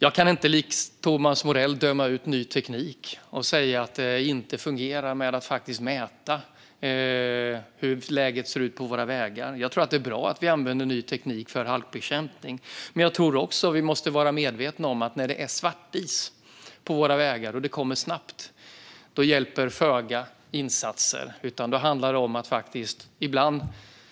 Jag kan inte som Thomas Morell döma ut ny teknik och säga att det inte fungerar att mäta hur det ser ut på vägarna. Jag tror att det är bra att vi använder ny teknik för halkbekämpning. Men vi måste nog också vara medvetna om att vid svartis på vägarna, och då den kommer snabbt, hjälper insatser föga. Då handlar det om att ibland